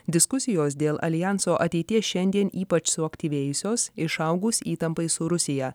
diskusijos dėl aljanso ateities šiandien ypač suaktyvėjusios išaugus įtampai su rusija